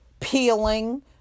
peeling